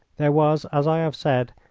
there was, as i have said,